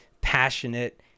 passionate